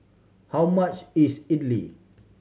how much is Idly